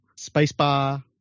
Spacebar